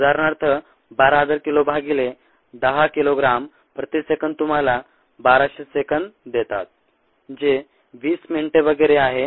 उदाहरणार्थ 12000 किलो भागिले 10 किलोग्राम प्रति सेकंद तुम्हाला 1200 सेकंद देतात जे 20 मिनिटे वगैरे आहे